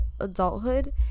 adulthood